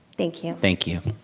thank you. thank you.